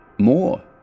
More